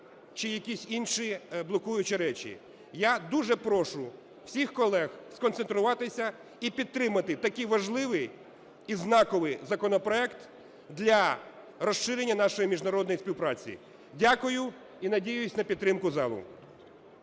чи якісь інші блокуючі речі. Я дуже прошу всіх колег сконцентруватися і підтримати такий важливий і знаковий законопроект для розширення нашої міжнародної співпраці. Дякую. І надіюсь на підтримку залу.